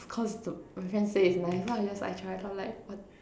cause the my friend say it's nice so I just I try I'm like wh~